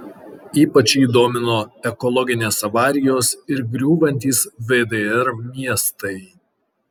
ypač jį domino ekologinės avarijos ir griūvantys vdr miestai